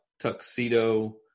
tuxedo